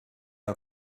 are